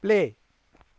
play